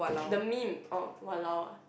the meme oh !walao! ah